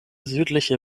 südliche